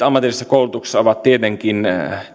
ammatillisessa koulutuksessa ovat tietenkin